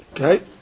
Okay